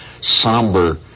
somber